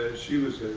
she was